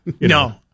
no